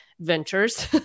ventures